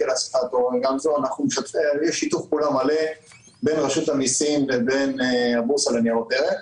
יש שיתוף פעולה מלא בין רשות המסים לבין הבורסה לניירות ערך.